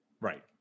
Right